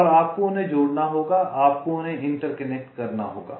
और आपको उन्हें जोड़ना होगा आपको उन्हें इंटरकनेक्ट करना होगा